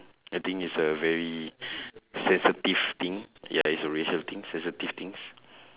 I think it's a very sensitive thing ya it's a racial thing sensitive things